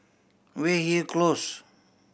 Weyhill Close